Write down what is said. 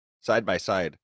side-by-side